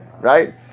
Right